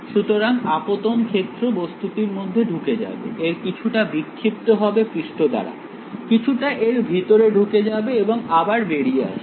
সুতরাং আপতন ক্ষেত্র বস্তুটির মধ্যে ঢুকে যাবে এর কিছুটা বিক্ষিপ্ত হবে পৃষ্ঠ দ্বারা কিছুটা এর ভিতরে ঢুকে যাবে এবং আবার বেরিয়ে আসবে